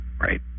Right